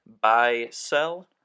buy-sell